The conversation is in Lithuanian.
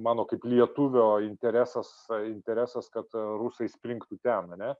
mano kaip lietuvio interesas interesas kad rusai springtų ten ar ne